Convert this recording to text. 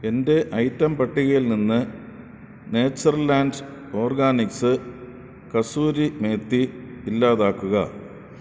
എന്റെ ഐറ്റം പട്ടികയിൽ നിന്നു nature land organics kasuri methi ഇല്ലാതാക്കുക